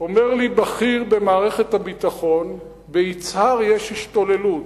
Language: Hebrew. אומר לי בכיר במערכת הביטחון: ביצהר יש השתוללות.